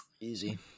Easy